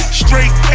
straight